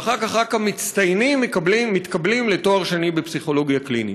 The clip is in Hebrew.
ואחר כך רק המצטיינים מתקבלים לתואר שני בפסיכולוגיה קלינית.